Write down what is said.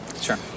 Sure